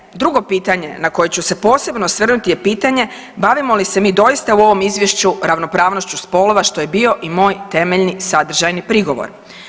Pitanje, drugo pitanje na koje ću se posebno osvrnuti je pitanje bavimo li se mi doista u ovom izvješću ravnopravnošću spolova, što je bio i moj temeljni sadržajni prigovor.